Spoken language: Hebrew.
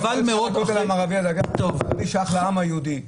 חבל מאוד --- אני חושב שהכותל המערבי שייך לעם היהודי.